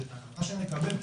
שאת ההחלטה שנקבל,